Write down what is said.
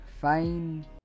fine